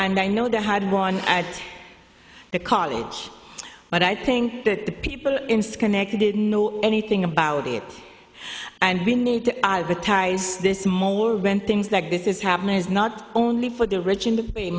and i know the hard won at the college but i think that the people in schenectady didn't know anything about it and we need to advertise this more when things like this is happening is not only for the rich and